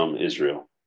Israel